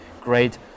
great